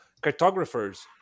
cartographers